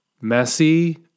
messy